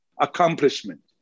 accomplishment